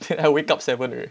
I wake up seven already